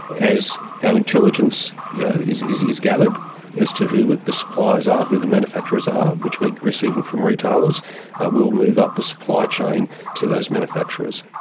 as our intelligence yeah is is gathered as to who the suppliers are, who the manufacturers are, which we receiving from retailers, we will move up the supply chain to those manufacturers.